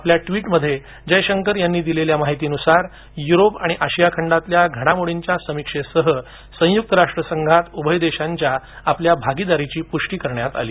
आपल्या ट्वीटद्वारे जयशंकर यांनी दिलेल्या माहितीनुसार युरोप आणि आशिया खंडातल्या घडामोडींच्या समिक्षेसह संयुक्त राष्ट्र संघात उभय देशांच्या आपल्या भागीदारीची पुष्टी करण्यात आली